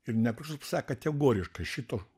ir nekrošius pasakė kategoriškai šito